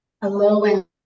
Hello